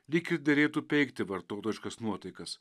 lyg ir derėtų peikti vartotojiškas nuotaikas